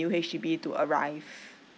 new H_D_B to arrive